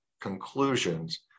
conclusions